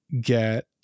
get